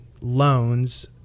loans